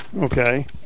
Okay